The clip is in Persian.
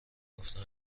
گفتم